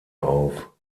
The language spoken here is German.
auf